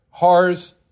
HARs